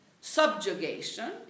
subjugation